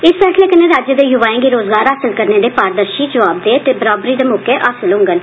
इस फैसले कन्नै राज्य दे युवाए गी रोज़गार हासल करने दे पारदर्शी जोआबदेही ते बराबरी दे मौके हासल होङन